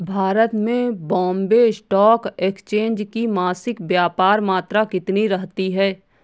भारत में Bombay stock exchange की मासिक व्यापार मात्रा कितनी रहती है?